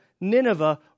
Nineveh